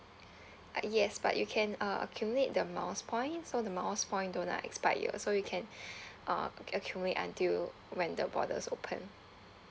uh yes but you can uh accumulate the miles point so the miles point don't like expire so you can uh ac~ accumulate until when the borders open